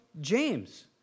James